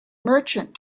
merchant